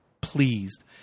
pleased